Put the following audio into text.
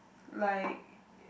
like